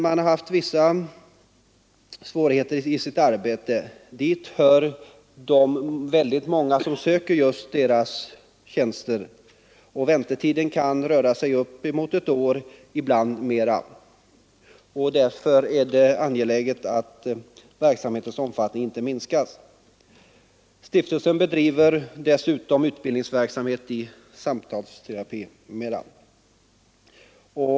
Man har dock ekonomiska begränsningar i sitt arbete. Väldigt många människor begagnar sig av stiftelsens tjänster, och väntetiden kan röra sig upp emot ett år, ibland mer. Därför är det angeläget att verksamhetens omfattning inte minskas. Stiftelsen bedriver dessutom utbildningsverksamhet i samtalsterapi m.m.